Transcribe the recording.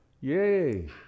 yay